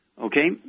okay